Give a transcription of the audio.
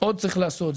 עוד צריך לעשות.